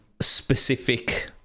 specific